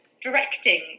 directing